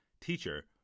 Teacher